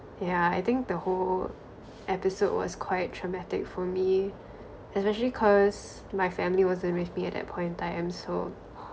yeah I think the whole episode was quite traumatic for me especially cause my family wasn't with me at that point in time so